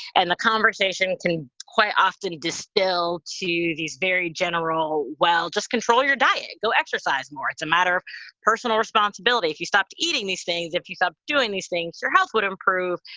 and the conversation to me quite often distill to these very general, well, just control your diet, go exercise more it's a matter of personal responsibility. if you stopped eating these things, if you stop doing these things, your health would improve.